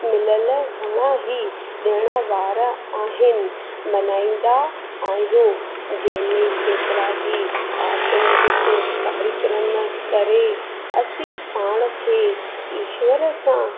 मिलियलु घणा ई ॾिण वार आहिनि मल्हाईंदा आहियूं जंहिंमें केतिरा ई आत्मधिक कार्यक्रम करे असी पाण खे ईश्वर सां